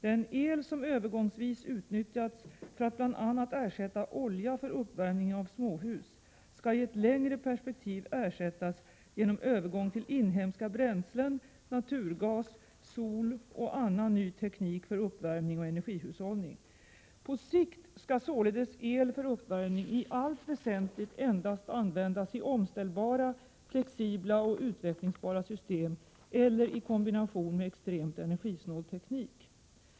Den el som övergångsvis utnyttjats för att bl.a. ersätta olja för uppvärmning av småhus skall i ett längre perspektiv ersättas genom övergång till inhemska bränslen, naturgas, sol och annan ny teknik för uppvärmning och energihushållning. På sikt skall således el för uppvärmning i allt väsentligt endast användas i omställbara, flexibla och utvecklingsbara system eller i kombination med extremt energisnål teknik.